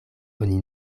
oni